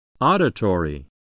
Auditory